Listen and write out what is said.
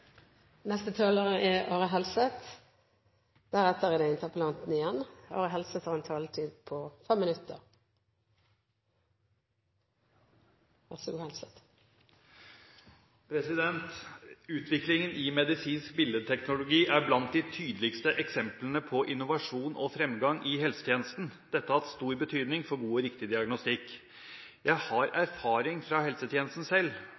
Utviklingen i medisinsk billedteknologi er blant de tydeligste eksemplene på innovasjon og fremgang i helsetjenesten. Dette har hatt stor betydning for god og riktig diagnostikk. Jeg har erfaring fra helsetjenesten selv